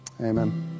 amen